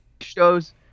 shows